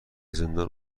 زندان